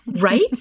Right